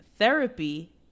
Therapy